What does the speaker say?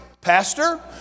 Pastor